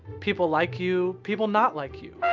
people like you. people not like you.